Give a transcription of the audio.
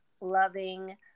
loving